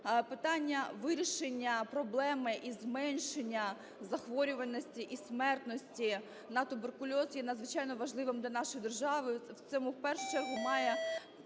Питання вирішення проблеми і зменшення захворюваності і смертності на туберкульоз є надзвичайно важливим для нашої держави.